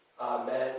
Amen